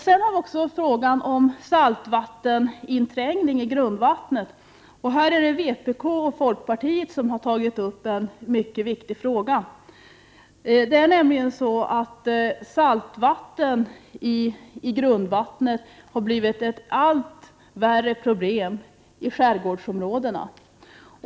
Vi har också frågan om saltvatteninträngning i grundvattnet. Här är det folkpartiet och vpk som har tagit upp en mycket viktig fråga. Saltvatten i grundvattnet har nämligen blivit ett allt värre problem i skärgårdsområdena.